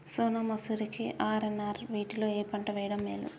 సోనా మాషురి కి ఆర్.ఎన్.ఆర్ వీటిలో ఏ పంట వెయ్యడం మేలు?